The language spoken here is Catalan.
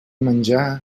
menjar